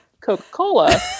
Coca-Cola